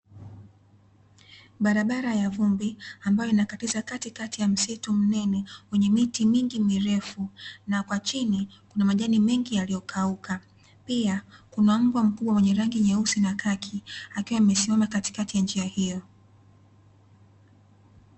Barabara ya vumbi ambayo inakatiza katikati ya msitu mnene wenye miti mingi mirefu na kwa chini kuna majani mengi yaliyokauka, pia kuna mbwa mkubwa mwenye rangi nyeusi na kaki akiwa amesimama katikati ya njia hiyo.